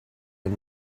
and